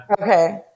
Okay